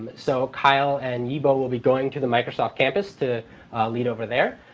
so kyle and yibo will be going to the microsoft campus to lead over there.